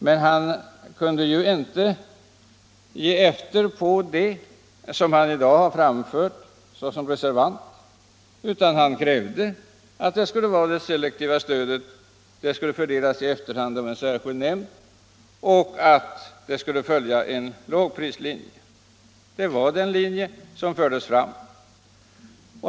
Men han kunde inte ge efter på det han i dag har framfört såsom reservant, utan han krävde att det selektiva stödet skulle fördelas i efterhand av en särskild nämnd och följa en lågprislinje.